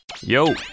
Yo